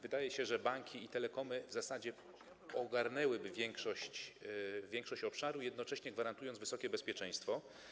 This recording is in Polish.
Wydaje się, że banki i telekomy w zasadzie ogarnęłyby większość obszaru, jednocześnie gwarantując wysokie bezpieczeństwo.